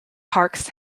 parks